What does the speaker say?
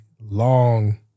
long